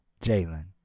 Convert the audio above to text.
Jalen